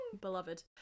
beloved